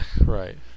right